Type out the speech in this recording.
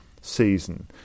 season